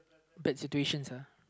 bad situations uh